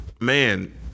man